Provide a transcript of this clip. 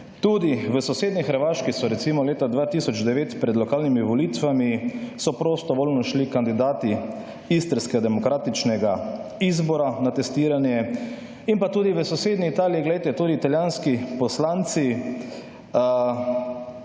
Tudi v sosednji Hrvaški so recimo leta 2009 pred lokalnimi volitvami, so prostovoljno šli kandidati istrske demokratičnega izbora na testiranje in pa tudi v sosednji Italiji, poglejte, tudi Italijanski poslanci